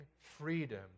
freedom